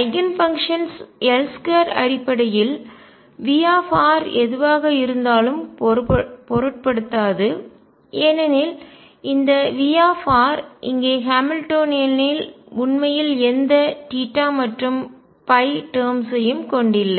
eigen functions L2 அடிப்படையில் V எதுவாக இருந்தாலும் பொருட்படுத்தாது ஏனெனில் இந்த V இங்கே ஹாமில்டோனியனில் உண்மையில் எந்த மற்றும் டெர்ம்ஸ் ஐயும் கொண்டு இல்லை